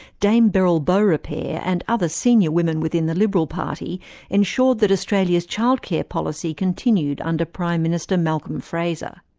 dame beryl beaurepaire and other senior women within the liberal party ensured that australia's childcare policy continued under prime minister, malcolm fraser.